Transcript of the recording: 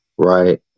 right